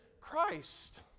Christ